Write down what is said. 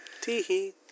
Tee-hee